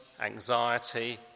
anxiety